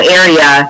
area